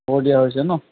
খবৰ দিয়া হৈছে নহ্